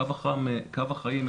קו החיים,